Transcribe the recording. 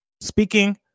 Speaking